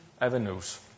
avenues